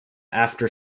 after